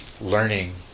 learning